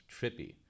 trippy